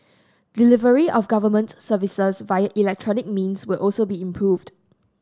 delivery of government services via electronic means will also be improved